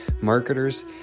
marketers